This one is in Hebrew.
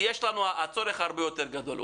הצורך הרבה יותר גדול.